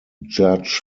judge